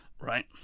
right